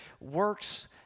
works